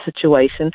situation